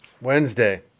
Wednesday